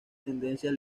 tendencias